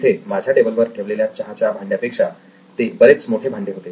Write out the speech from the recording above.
तिथे माझ्या टेबलवर ठेवलेल्या चहाच्या भांड्यापेक्षा ते बरेच मोठे भांडे होते